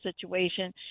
situation